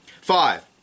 Five